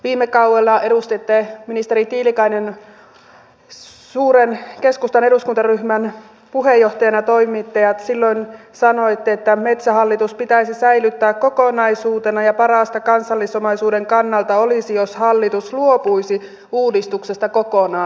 viime kaudella ministeri tiilikainen toimitte suuren keskustan eduskuntaryhmän puheenjohtajana ja silloin sanoitte että metsähallitus pitäisi säilyttää kokonaisuutena ja parasta kansallisomaisuuden kannalta olisi jos hallitus luopuisi uudistuksesta kokonaan